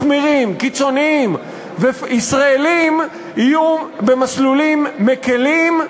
מחמירים וקיצוניים, וישראלים יהיו במסלולים מקלים,